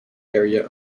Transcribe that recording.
area